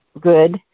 good